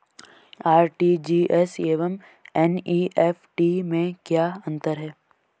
RTGS एवं NEFT में क्या अंतर है?